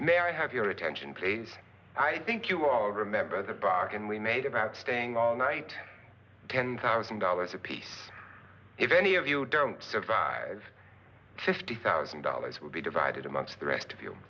i have your attention place i think you all remember the back and we made about staying all night ten thousand dollars apiece if any of you don't survive fifty thousand dollars will be divided amongst the rest of you